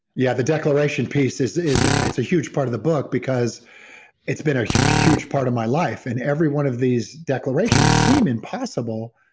yeah, the declaration pieces it's a huge part of the book because it's been a huge part of my life and every one of these declarations seem impossible.